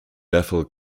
bethel